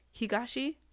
higashi